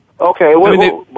okay